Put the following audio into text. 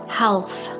health